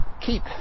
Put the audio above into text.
keep